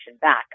back